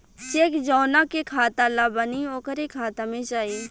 check जौना के खाता ला बनी ओकरे खाता मे जाई